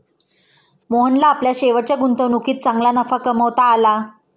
मोहनला आपल्या शेवटच्या गुंतवणुकीत चांगला नफा कमावता आला